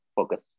Focus